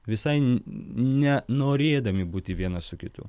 visai ne norėdami būti vienas su kitu